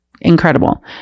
incredible